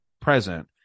present